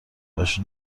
باش